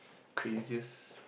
craziest